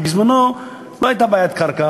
כי בזמנו לא הייתה בעיית קרקע,